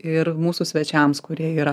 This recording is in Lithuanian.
ir mūsų svečiams kurie yra